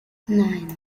nine